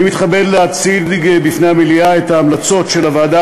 אני מתכבד להציג בפני המליאה את ההמלצות של הוועדה